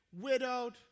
widowed